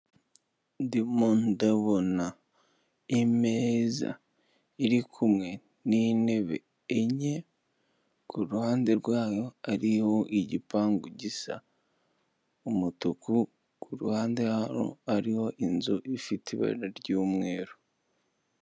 Ndimo ndabona imeza iri kumwe n'intebe enye, ku ruhande rwayo hariho igipangu gisa umutuku, ku ruhande hariho inzu ifite ibara ry'umweru.